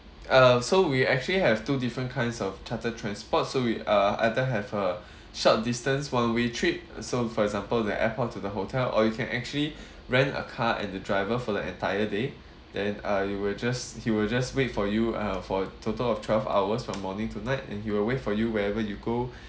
uh so we actually have two different kinds of chartered transports so we are either have a short distance one way trip so for example the airport to the hotel or you can actually rent a car and the driver for the entire day then uh you will just he will just wait for you uh for a total of twelve hours from morning to night and he will wait for you wherever you go